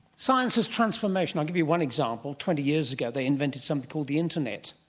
science as transformation. i'll give you one example twenty years ago they invented something called the internet.